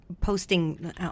Posting